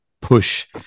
push